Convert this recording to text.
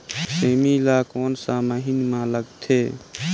सेमी ला कोन सा महीन मां लगथे?